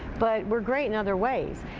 but we're great in other ways.